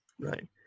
Right